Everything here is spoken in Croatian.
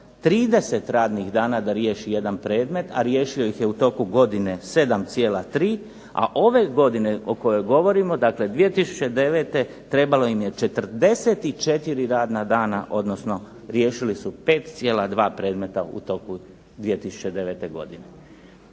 30 radnih dana da riješi jedan predmet, a riješio ih je u toku godine 7,3 a ove godine o kojoj govorimo, dakle 2009. trebalo im je 44 radna dana odnosno riješili su 5,2 predmeta u toku 2009. godine.